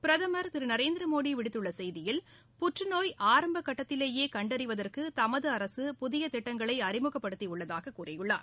பிரதம் திரு நரேந்திரமோடி விடுத்துள்ள செய்தியில் புற்றுநோய் ஆரம்பக் கட்டத்திலேயே கண்டறிவதற்கு தமது அரசு புதிய திட்டங்களை அறிமுகப்படுத்தி உள்ளதாகக் கூறியுள்ளார்